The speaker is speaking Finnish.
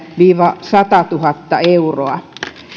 viiva satatuhatta euroa